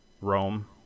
Rome